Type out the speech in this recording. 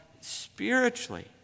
spiritually